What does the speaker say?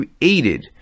created